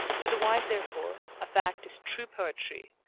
to the wise, therefore, a fact is true poetry,